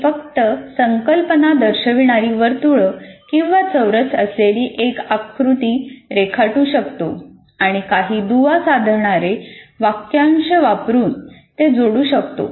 मी फक्त संकल्पना दर्शविणारी वर्तुळ किंवा चौरस असलेली एक आकृती रेखाटू शकतो आणि काही दुवा साधणारे वाक्यांश वापरून ते जोडू शकतो